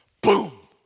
boom